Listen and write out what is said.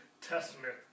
Testament